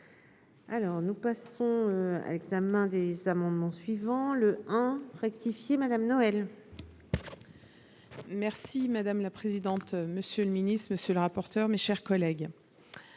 alors, nous passons à l'examen des amendements suivants le hein rectifier Madame Noël. Merci madame la présidente, monsieur le ministre, monsieur le rapporteur, mes chers collègues.